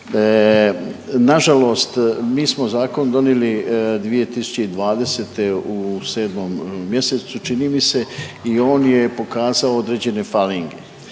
Nažalost, mi smo zakon donijeli 2020. u sedmom mjesecu čini mi se i on je pokazao određen falinke.